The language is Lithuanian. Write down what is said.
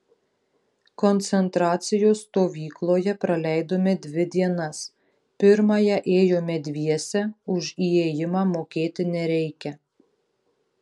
koncentracijos stovykloje praleidome dvi dienas pirmąją ėjome dviese už įėjimą mokėti nereikia